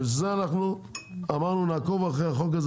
אבל בשביל זה אמרנו נעקוב אחרי החוק הזה